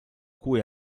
cui